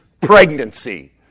pregnancy